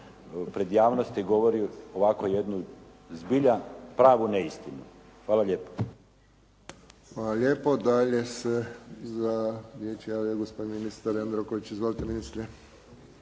pred javnosti govori ovako jednu zbilja pravu neistinu. Hvala lijepo. **Friščić, Josip (HSS)** Hvala lijepo. Dalje se za riječ javlja gospodin ministar Jandroković. Izvolite ministre.